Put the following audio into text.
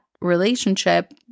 relationship